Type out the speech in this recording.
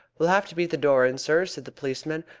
we'll have to beat the door in, sir, said the policeman.